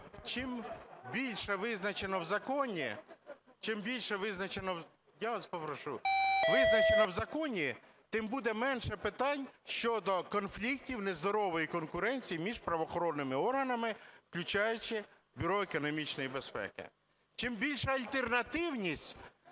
вас попрошу) визначено в законі, тим буде менше питань щодо конфліктів, нездорової конкуренції між правоохоронними органами, включаючи Бюро економічної безпеки. Чим більша альтернативність,